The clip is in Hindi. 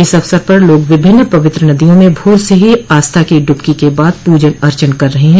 इस अवसर पर लोग विभिन्न पवित्र नदियों में भोर से ही आस्था की डुबकी के बाद पूजन अर्चन कर रहे हैं